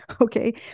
Okay